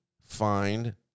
find